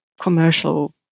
commercial